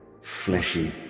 fleshy